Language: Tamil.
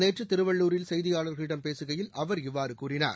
நேற்றுதிருவள்ளூரில் செய்தியாளர்களிடம் பேசுகையில் அவர் இவ்வாறுகூறினார்